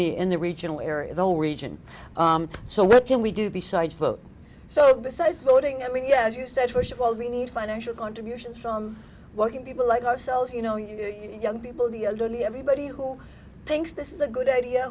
the in the regional area of the region so what can we do besides book so besides voting i mean yes you said first of all we need financial contributions from working people like ourselves you know you young people the elderly everybody who thinks this is a good idea